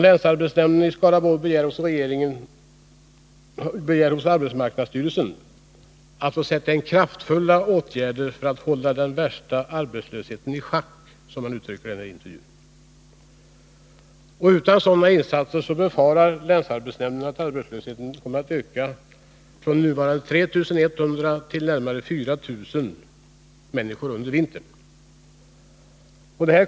Länsarbetsnämnden i Skaraborg begär hos arbetsmarknadsstyrelsen att få sätta in kraftfulla åtgärder för att hålla den värsta arbetslösheten i schack, som man uttrycker det i intervjun. Utan sådana insatser befarar länsarbetsnämnden att arbetslösheten under vintern kommer att öka från nuvarande 3 100 till närmare 4 000 människor.